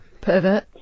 Pervert